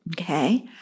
Okay